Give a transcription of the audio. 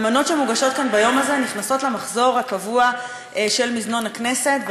והמנות שמוגשות כאן ביום הזה נכנסות למחזור הקבוע של מזנון הכנסת,